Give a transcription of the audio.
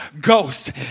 Ghost